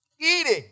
eating